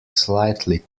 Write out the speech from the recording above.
slightly